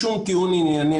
אין שום טיעון ענייני,